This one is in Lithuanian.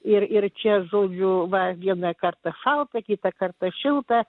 ir ir čia žodžiu va vieną kartą šalta kitą kartą šilta